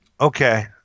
Okay